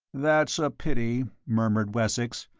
that's a pity, murmured wessex,